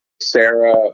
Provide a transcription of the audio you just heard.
Sarah